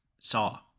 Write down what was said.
saw